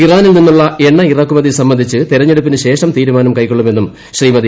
ഇറാനിൽ നിന്നുള്ള എണ്ണ ഇറക്കുമതി സംബന്ധിച്ച് തെരഞ്ഞെടുപ്പിന് ശേഷം തീരുമാനം കൈക്കൊള്ളുമെന്നും ശ്രീമതി